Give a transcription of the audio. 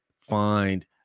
find